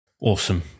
Awesome